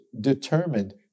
determined